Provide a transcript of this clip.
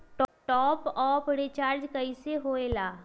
Top up recharge कइसे होएला?